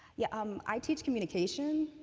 yeah um i teach communication.